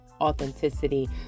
authenticity